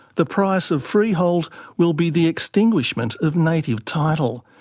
the price of freehold will be the extinguishment of native title.